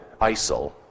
ISIL